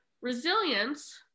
resilience